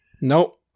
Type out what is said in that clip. Nope